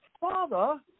Father